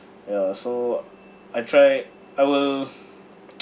ya so I try I will